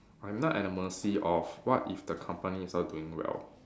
I'm not at the mercy of what if the company is not doing well